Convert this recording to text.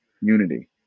Unity